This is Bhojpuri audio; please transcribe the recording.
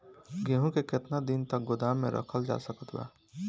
गेहूँ के केतना दिन तक गोदाम मे रखल जा सकत बा?